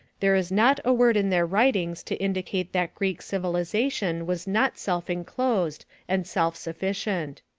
there is not a word in their writings to indicate that greek civilization was not self-inclosed and self-sufficient.